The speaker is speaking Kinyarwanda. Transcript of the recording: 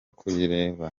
kuyireba